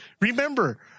remember